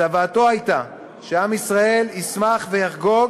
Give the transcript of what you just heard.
צוואתו הייתה שעם ישראל ישמח ויחגוג,